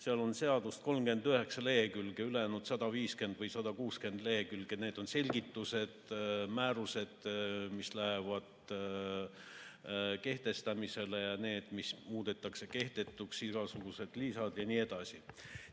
on, on seadust 39 lehekülge, ülejäänud 150 või 160 lehekülge on selgitused, määrused, mida kehtestatakse, ja need, mis muudetakse kehtetuks, igasugused lisad ja nii edasi.